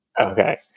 Okay